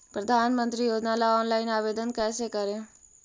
प्रधानमंत्री योजना ला ऑनलाइन आवेदन कैसे करे?